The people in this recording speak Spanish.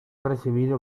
recibido